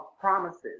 promises